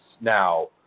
now